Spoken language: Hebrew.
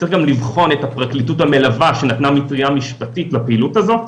צריך גם לבחון את הפרקליטות המלווה שנתנה מטריה משפטית לפעילות הזאת,